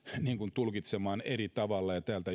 tulkitsemaan eri tavalla ja täältä